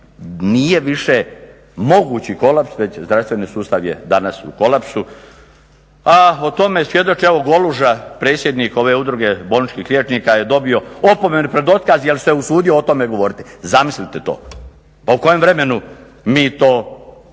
nije više mogući kolaps već zdravstveni sustav je danas u kolapsu. A o tome svjedoče evo Goluža, predsjednik ove Udruge bolničkih liječnika je dobio opomenu pred otkaz jer se usudio o tome govoriti. Zamislite to, pa u kojem vremenu mi to